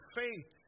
faith